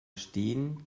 steen